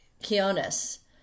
Kionis